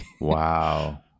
Wow